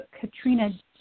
Katrina